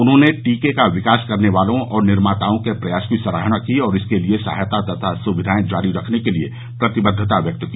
उन्होंने टीके का विकास करने वालों और निर्माताओं के प्रयास की सराहना की और इनके लिए सहायता तथा सुविधाए जारी रखने के लिए प्रतिबद्वता व्यक्त की